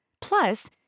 Plus